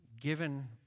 given